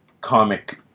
comic